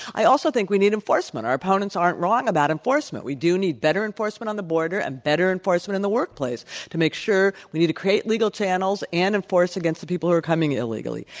i also think we need enforcement. our opponents aren't wrong about enforcement. we do need better enforcement on the border and better enforcement in the workplace to make sure we need to create legal channels and enforce against the people who are coming illegally.